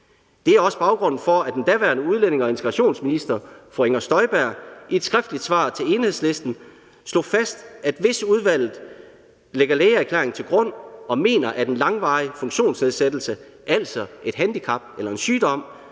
Det er også baggrunden for, at den daværende udlændinge- og integrationsminister, fru Inger Støjberg, i et skriftligt svar til Enhedslisten slog fast, at hvis udvalget lægger lægeerklæringen til grund og mener, at en langvarig funktionsnedsættelse, altså et handicap eller en sygdom,